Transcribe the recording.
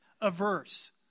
averse